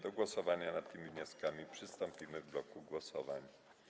Do głosowania nad tymi wnioskami przystąpimy w bloku głosowań.